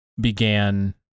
began